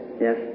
yes